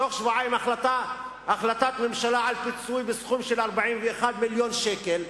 בתוך שבועיים החלטת ממשלה על פיצוי בסכום של 41 מיליון שקל.